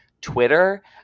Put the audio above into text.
Twitter